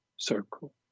Circle